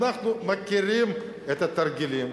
אנחנו מכירים את התרגילים,